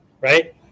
right